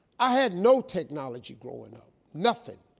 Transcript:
i had no technology growing up. nothing.